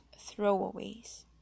throwaways